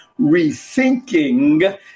rethinking